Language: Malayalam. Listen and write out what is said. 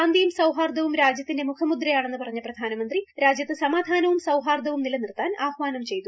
ശാന്തിയും സൌഹാർദവും രാജ്യത്തിന്റെ മുഖമുദ്രയാണെന്ന് പറഞ്ഞ പ്രധാനമന്ത്രി രാജ്യത്ത് സമാധാനവും സൌഹാർദവും നിലനിർത്താൻ ആഹ്വാനം ചെയ്തു